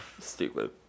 Stupid